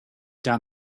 down